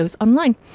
online